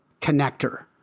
connector